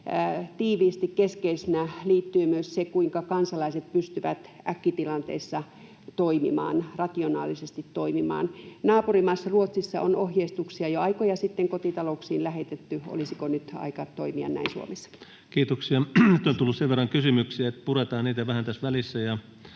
tiiviisti ja keskeisenä liittyy myös se, kuinka kansalaiset pystyvät äkkitilanteissa rationaalisesti toimimaan. Naapurimaassa Ruotsissa on ohjeistuksia jo aikoja sitten kotitalouksiin lähetetty. Olisiko nyt aika toimia näin Suomessakin? Kiitoksia. — Nyt on tullut sen verran kysymyksiä, että puretaan niitä vähän tässä välissä.